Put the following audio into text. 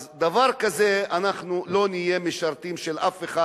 אז דבר כזה, אנחנו לא נהיה משרתים של אף אחד.